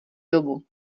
dobu